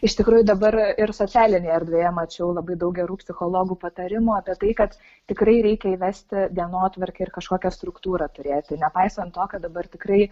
iš tikrųjų dabar ir socialinėj erdvėje mačiau labai daug gerų psichologų patarimų apie tai kad tikrai reikia įvesti dienotvarkę ir kažkokią struktūrą turėti nepaisant to kad dabar tikrai